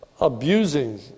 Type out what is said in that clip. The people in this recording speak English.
abusing